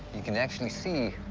you can actually see